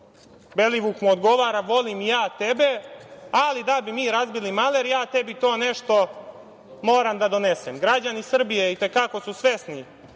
Belivuk mu odgovara – volim i ja tebe, ali da bi mi razbili maler ja tebi to nešto moram da donesem. Građani Srbije i te kako su svesni